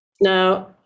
Now